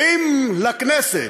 ואם לכנסת,